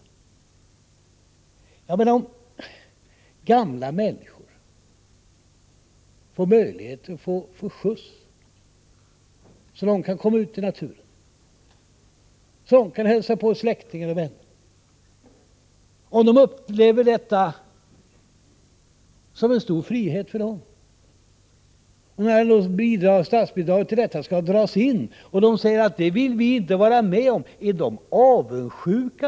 Men låt oss ta de gamla människor som får möjlighet att få skjuts så att de kan komma ut i naturen eller hälsa på sina släktingar och vänner! De upplever detta som en stor frihet. Om de hör att statsbidraget till detta skulle dras in och säger att de inte vill vara med om det, är de då avundsjuka?